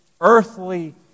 earthly